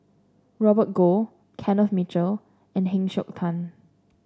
Robert Goh Kenneth Mitchell and Heng Siok Tian